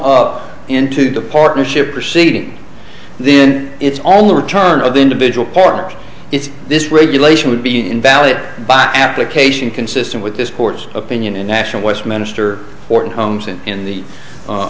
up into the partnership proceeding then it's all a return of the individual part it's this regulation would be invalid by application consistent with this court's opinion in national westminster horton homes and in the